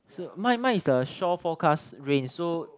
my my is the shore forecast rain so